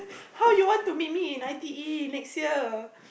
how you want to meet me in I_T_E next year